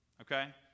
Okay